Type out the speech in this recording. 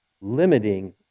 limiting